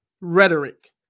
rhetoric